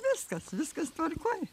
viskas viskas tvarkoj